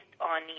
on